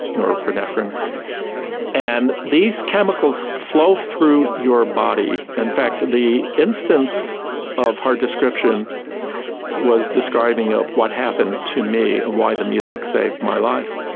norepinephrine and these chemicals flow through your body. in fact the instance of her description was describing what happened to me and why the music saved my life.